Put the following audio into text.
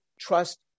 trust